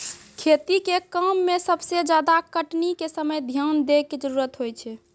खेती के काम में सबसे ज्यादा कटनी के समय ध्यान दैय कॅ जरूरत होय छै